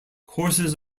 courses